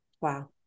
wow